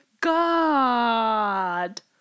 God